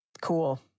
cool